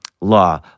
law